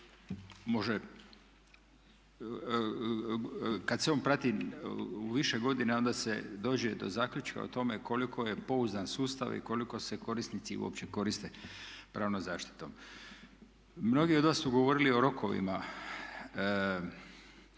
može, kad se on prati više godina onda se dođe do zaključka o tome koliko je pouzdan sustav i koliko se korisnici uopće koriste pravnom zaštitom. Mnogi od vas su govorili o rokovima,